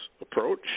approach